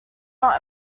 not